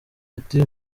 ati